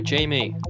Jamie